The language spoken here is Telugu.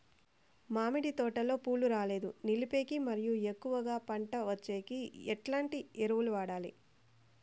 మామిడి తోటలో పూలు రాలేదు నిలిపేకి మరియు ఎక్కువగా పంట వచ్చేకి ఎట్లాంటి ఎరువులు వాడాలి?